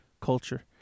culture